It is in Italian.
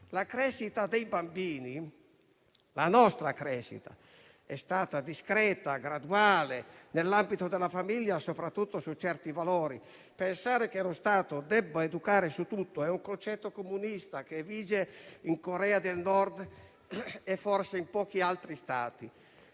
La crescita dei bambini, la nostra crescita, è stata discreta e graduale nell'ambito della famiglia, soprattutto su certi valori. Pensare che lo Stato debba educare su tutto è un concetto comunista, che vige in Corea del Nord e forse in pochi altri Stati.